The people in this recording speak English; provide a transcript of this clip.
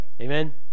amen